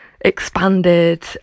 expanded